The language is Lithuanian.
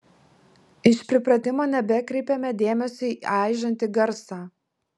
iš pripratimo nebekreipėme dėmesio į aižantį garsą